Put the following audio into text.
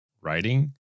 writing